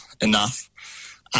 enough